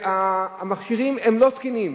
שהמכשירים הם לא תקינים.